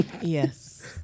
Yes